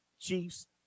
Chiefs